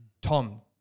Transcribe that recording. Tom